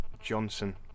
Johnson